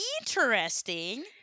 interesting